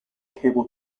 cable